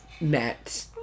met